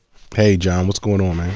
hey john, what's going on, man?